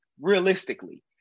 realistically